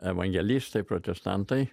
evangelistai protestantai